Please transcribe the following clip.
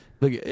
Look